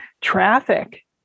traffic